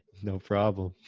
no problem.